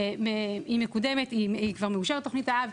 היא מקודמת היא כבר מאושרת תוכנית האב,